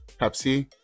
Pepsi